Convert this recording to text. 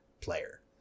player